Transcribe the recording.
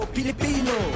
Filipino